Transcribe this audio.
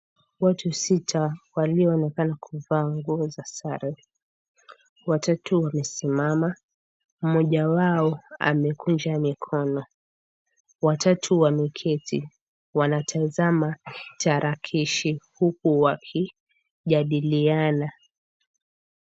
Watu sita walioonekana kuvaa nguo za sare. Watatu wamesimama, mmoja wao amekunja mikono. Watatu wameketi wanatazama tarakilishi huku wakijadiliana.